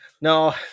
No